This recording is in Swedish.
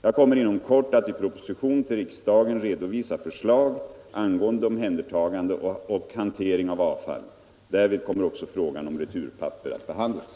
Jag kommer inom kort att i proposition till riksdagen redovisa förslag angående omhändertagande och hantering av avfall. Därvid kommer också frågan om returpapper att behandlas.